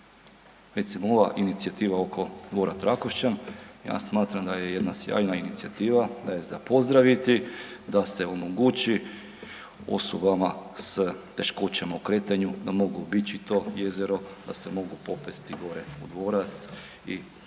Recimo ova inicijativa oko Dvora Trakošćan, ja smatram da je jedna sjajna inicijativa, da je za pozdraviti da se omogući osobama s teškoćama u kretanju da mogu obići to jezero, da se mogu popesti gore u dvorac i sve